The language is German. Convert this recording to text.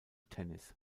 tennis